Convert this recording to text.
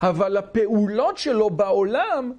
אבל הפעולות שלו בעולם...